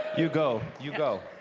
you go. you go.